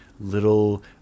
little